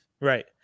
Right